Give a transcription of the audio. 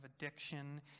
addiction